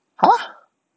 !huh!